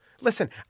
Listen